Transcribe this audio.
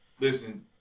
Listen